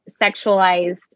sexualized